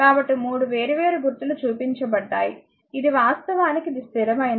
కాబట్టి 3 వేర్వేరు గుర్తులు చూపించబడ్డాయి ఇది వాస్తవానికి ఇది స్థిరమైనది